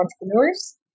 entrepreneurs